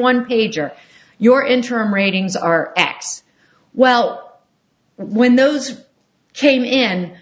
one pager your interim ratings are x well when those came in